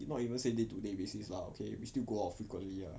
not even say day to day basis lah okay we still go out frequently ah